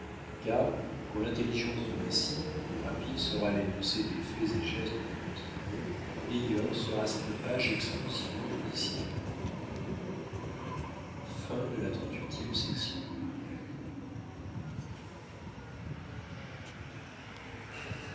car pour l'intelligence du récit plus rapide sera l'énoncé des faits et gestes de petit claud meilleure sera cette page exclusivement judiciaire